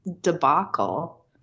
debacle